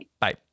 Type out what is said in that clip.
Bye